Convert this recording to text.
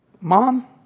mom